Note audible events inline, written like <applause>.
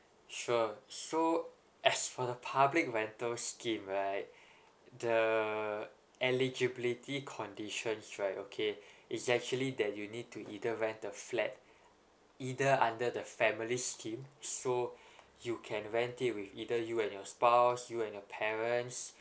sure so as for the public rental scheme right the eligibility conditions right okay it's actually that you need to either rent a flat either under the family scheme so <breath> you can rent it with either you and your spouse you and your parents